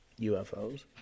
UFOs